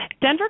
Denver